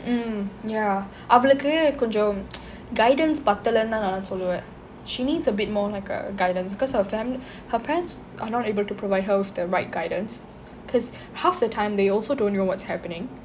mm ya அவளுக்கு கொஞ்சம்:avalukku konjam guidance பத்தலைன்னு தான் நான் சொல்லுவேன்:patthalennu thaan naan solluven she needs a bit more like uh guidance cause of her fa~ her parents are not able to provide her with the right guidance cause half the time they also don't know what's happening